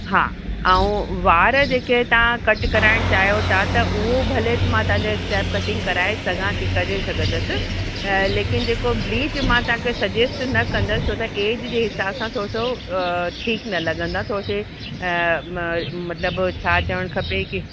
हा ऐं वार जेके तव्हां कट कराइणु चाहियो था त उहो भले मां तव्हांजे स्टैप कटिंग कराए सघां थी करे सघंदसि लेकिनि जेको ब्लीच मां तव्हांखे सजेस्ट न कंदसि छो त एज जे हिसाब सां थोरोसो ठीकु न लॻंदा थोरेसे म मतलबु छा चवणु खपे कि